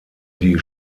die